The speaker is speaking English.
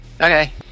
okay